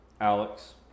Alex